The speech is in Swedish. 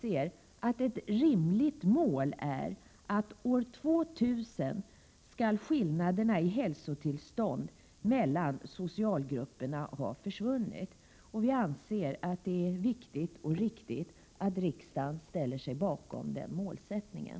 Ett rimligt mål är att skillnaderna i hälsotillstånd mellan socialgrupperna skall ha försvunnit år 2000. Det är viktigt och riktigt att riksdagen ställer sig bakom den målsättningen.